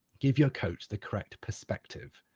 give your coach the correct perspective.